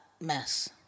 mess